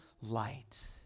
light